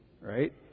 Right